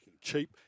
Cheap